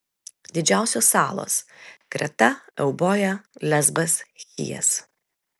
didžiausios salos kreta euboja lesbas chijas